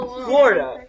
Florida